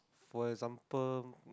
for example